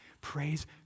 Praise